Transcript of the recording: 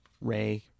Ray